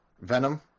Venom